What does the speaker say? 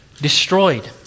destroyed